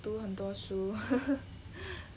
读很多书